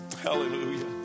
Hallelujah